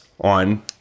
on